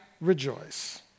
rejoice